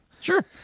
Sure